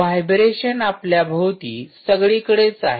vibration आपल्याभोवती सगळीकडेच आहेत